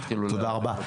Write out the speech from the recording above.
תודה רבה.